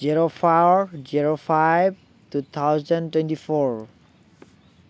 zero four zero five two thousand twenty four